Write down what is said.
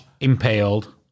impaled